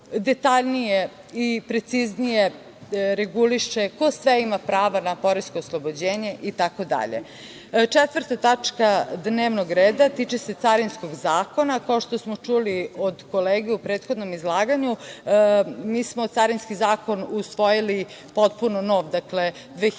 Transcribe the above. detaljnije i preciznije reguliše ko sve ima prava na poresko oslobođenje i tako dalje. Četvrta tačka dnevnog reda tiče se Carinskog zakona. Kao što smo čuli od kolege u prethodnom izlaganju, mi smo Carinski zakon usvojili potpuno nov, dakle 2018.